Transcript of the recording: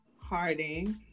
Harding